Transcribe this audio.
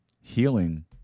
healing